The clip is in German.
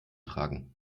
tragen